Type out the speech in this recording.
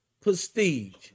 prestige